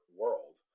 world